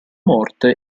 morte